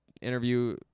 interview